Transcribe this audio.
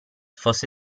fosse